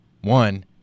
One